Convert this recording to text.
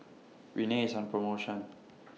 Rene IS on promotion